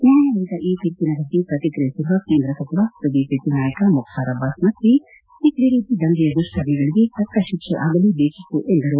ನ್ಯಾಯಾಲಯದ ಈ ತೀರ್ಪಿನ ಬಗ್ಗೆ ಪ್ರತಿಕ್ರಿಯಿಸಿರುವ ಕೇಂದ್ರ ಸಚಿವ ಮತ್ತು ಬಿಜೆಪಿ ನಾಯಕ ಮುಖ್ತಾರ್ ಅಬ್ಬಾಸ್ ನಖ್ವಿ ಸಿಖ್ ವಿರೋಧಿ ದಂಗೆಯ ದುಷ್ಕರ್ಮಿಗಳಿಗೆ ತಕ್ಕ ಶಿಕ್ಷೆಯಾಗಲೇಬೇಕಿತ್ತು ಎಂದರು